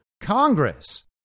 Congress